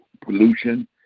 pollution